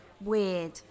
weird